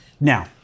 Now